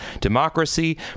democracy